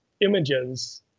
images